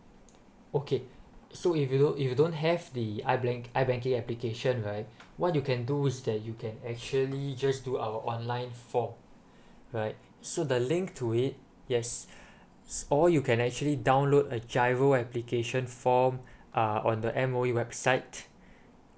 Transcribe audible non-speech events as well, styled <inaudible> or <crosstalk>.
okay <breath> so if you if you don't have the I blank I banking application right what you can do is that you can actually just do our online form <breath> right so the link to it yes <breath> or you can actually download a giro application form <breath> um on the M_O_E website <breath>